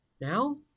now